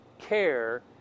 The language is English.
care